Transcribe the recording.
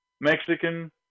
mexican